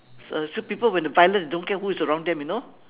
it's a few people when they violent don't care who is around them you know